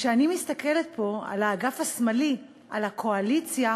וכשאני מסתכלת פה על האגף השמאלי, על הקואליציה,